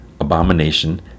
abomination